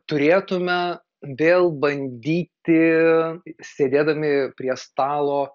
turėtume vėl bandyti sėdėdami prie stalo